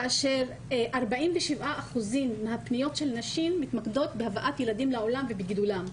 כאשר 47% מהפניות של נשים מתמקדות בהבאת ילדים לעולם ובגידולם.